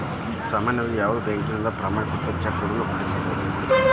ಸಾಮಾನ್ಯವಾಗಿ ಯಾವುದ ಬ್ಯಾಂಕಿನಿಂದ ಪ್ರಮಾಣೇಕೃತ ಚೆಕ್ ನ ಪಡಿಬಹುದು